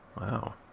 Wow